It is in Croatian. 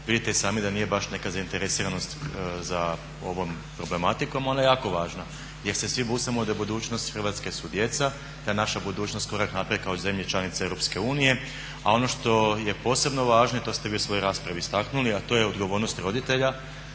vidite i sami da nije baš neka zainteresiranost za ovom problematikom ona je jako važna gdje se svi busamo da je budućnost Hrvatske su djeca, da je naša budućnost korak naprijed kao zemlji članici EU. A ono što je posebno važno i to ste vi u svojoj raspravi istaknuli, a to je odgovornost roditelja